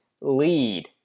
lead